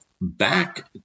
back